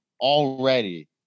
already